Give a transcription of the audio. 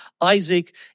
Isaac